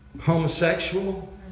homosexual